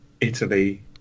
Italy